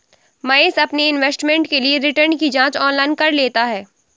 महेश अपने इन्वेस्टमेंट के लिए रिटर्न की जांच ऑनलाइन कर लेता है